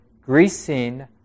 greasing